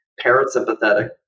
parasympathetic